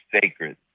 sacred